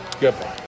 Goodbye